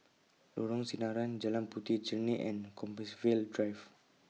Lorong Sinaran Jalan Puteh Jerneh and Compassvale Drive